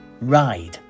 ride